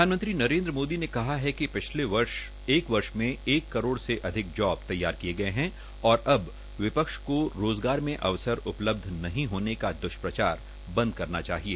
प्रधानमंत्री नरेन्द्र मोदी ने कहा है कि पिछले एक वर्ष में एक करोड़ से अधिक जॉब तैयार किये गये है और अब विपक्ष को रोज़गार मे अवसर उपलब्ध नहीं होने का द्ष्प्रचार बंद करना चाहिए